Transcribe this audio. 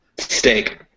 Steak